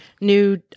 new